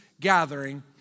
gathering